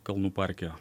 kalnų parke